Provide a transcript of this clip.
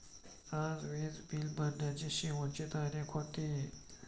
आज वीज बिल भरण्याची शेवटची तारीख होती